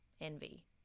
envy